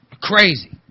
Crazy